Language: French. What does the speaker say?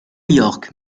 york